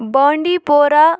بانڈی پورہ